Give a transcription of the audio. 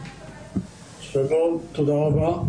שלום ותודה רבה.